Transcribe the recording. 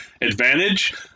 advantage